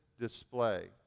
display